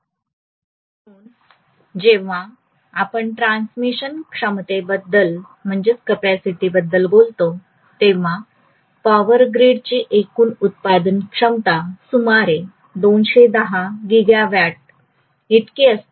म्हणून जेव्हा आपण ट्रान्समिशन क्षमतेबद्दल बोलतो तेव्हा पॉवर ग्रीडची एकूण उत्पादन क्षमता सुमारे 210 गीगावॉट इतकी असते